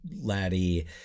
Laddie